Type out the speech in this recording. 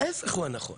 ההפך הוא הנכון